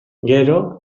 gero